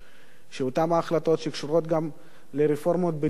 שאותן ההחלטות שקשורות גם לרפורמות בדיור,